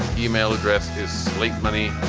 the e-mail address is slinked money